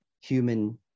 human